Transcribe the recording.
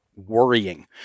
Worrying